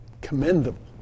commendable